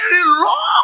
long